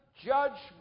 judgment